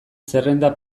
zerrenda